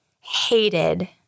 hated